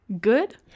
good